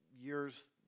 years